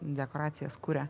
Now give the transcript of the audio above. dekoracijas kuria